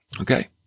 Okay